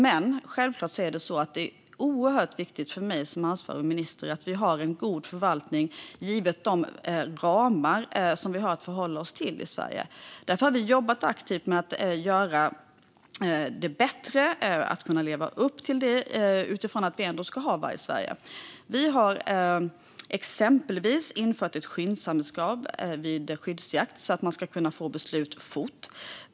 Men självklart är det oerhört viktigt för mig som ansvarig minister att vi har en god förvaltning, givet de ramar som vi har att förhålla oss till i Sverige. Därför har vi jobbat aktivt med att göra det bättre. Det handlar om att vi ska kunna leva upp till detta utifrån att vi ändå ska ha varg i Sverige. Vi har exempelvis infört ett skyndsamhetskrav vid skyddsjakt, så att man ska kunna få beslut fort.